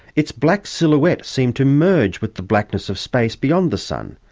its black silhouette seemed to merge with the blackness of space beyond the sun,